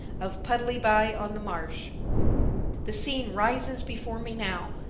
of puddleby-on-the-marsh? the scene rises before me now,